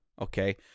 Okay